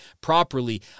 properly